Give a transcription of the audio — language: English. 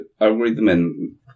algorithm